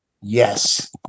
Yes